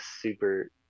super